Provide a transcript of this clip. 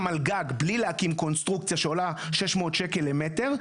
על גג בלי להקים קונסטרוקציה שעולה 600 שקל למטר,